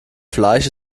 fleisch